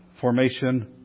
formation